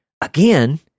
again